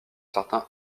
certain